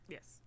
Yes